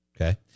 Okay